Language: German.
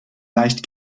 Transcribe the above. leicht